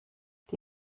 die